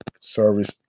service